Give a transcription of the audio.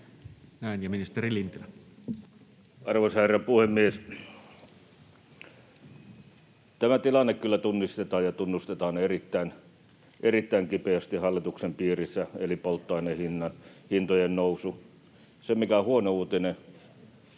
16:14 Content: Arvoisa herra puhemies! Tämä tilanne kyllä tunnistetaan ja tunnustetaan erittäin kipeästi hallituksen piirissä, eli polttoaineen hintojen nousu. Huono uutinen